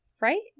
right